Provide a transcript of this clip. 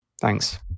Thanks